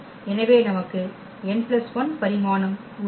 எனவே நமக்கு n 1 பரிமாணம் உள்ளது